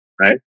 right